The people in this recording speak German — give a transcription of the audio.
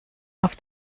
auf